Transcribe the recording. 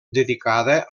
dedicada